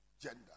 gender